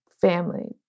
family